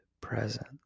present